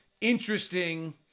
interesting